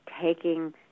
taking